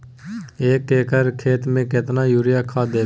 एक एकर खेत मे केतना यूरिया खाद दैबे?